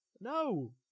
No